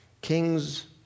Kings